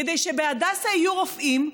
כדי שבהדסה יהיו רופאים,